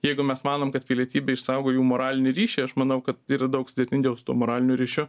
jeigu mes manom kad pilietybė išsaugo jų moralinį ryšį aš manau kad yra daug sudėtingiau su tuo moraliniu ryšiu